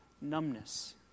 numbness